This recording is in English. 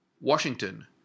Washington